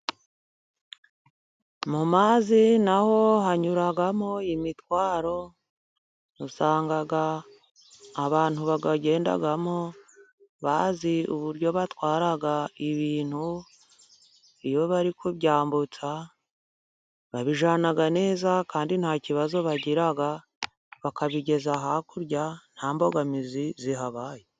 Mu mazi naho hanyuramo imitwaro. Usanga abantu bayagendamo bazi uburyo batwara ibintu iyo bari kubyambutsa. Babijyana neza kandi nta kibazo bagira, bakabigeza hakurya nta mbogamizi zihabaye.